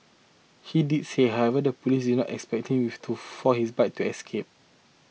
he did say however the police did not exceptionally with to foil his bid to escape